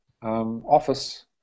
Office